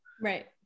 Right